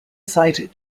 cite